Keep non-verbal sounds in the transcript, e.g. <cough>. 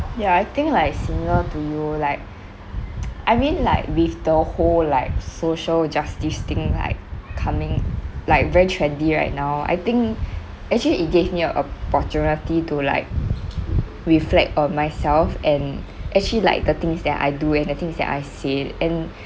ya I think like similar to you like <noise> I mean like with the whole like social justice thing like coming like very trendy right now I think actually it gave me a opportunity to like reflect on myself and actually like the things that I do and the things that I say and